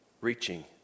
Reaching